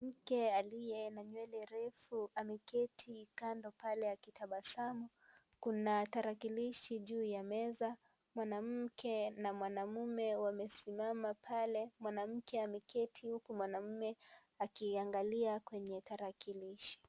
Mke aliye na nywele refu ameketi kando pale akitabasamu, kuna tarakilishi juu ya meza, mwanamke na mwanamume wamesimama pale, mwanamke ameketi huku mwanamume akiangalia kwenye tarakilishi.